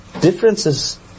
differences